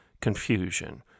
confusion